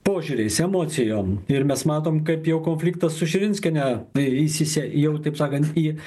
požiūriais emocijom ir mes matom kaip jau konfliktas su širinskiene ir ilsisi jau taip sakant į